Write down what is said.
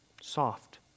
Soft